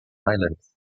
islands